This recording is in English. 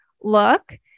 look